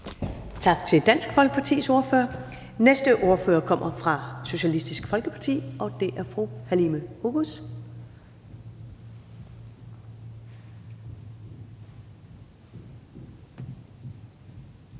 Tak til Dansk Folkepartis ordfører. Den næste ordfører kommer fra Socialistisk Folkeparti, og det er fru Halime Oguz.